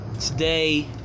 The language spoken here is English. today